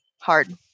hard